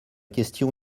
question